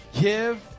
Give